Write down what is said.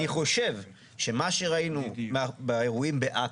אני חושב שמה שראינו באירועים בעכו,